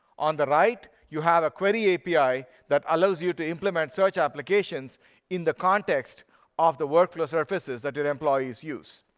on the right, you have a query api that allows you to implement search applications in the context of the workflow surfaces that your employees use.